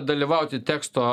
dalyvauti teksto